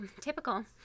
typical